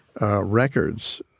records